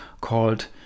called